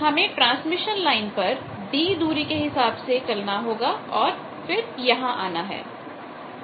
अब हमें transmission line पर d दूरी के हिसाब से चलना होगा और यहां आना है